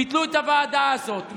ביטלו את הוועדה הזאת.